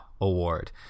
Award